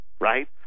right